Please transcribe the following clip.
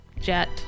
Jet